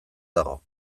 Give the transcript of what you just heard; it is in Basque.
dago